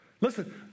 Listen